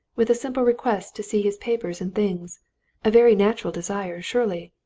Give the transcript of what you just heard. with a simple request to see his papers and things a very natural desire, surely.